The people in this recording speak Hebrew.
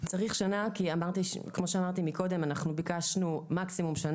כפי שאמרתי קודם, ביקשנו מקסימום שנה.